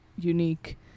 unique